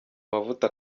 mavuta